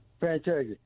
fantastic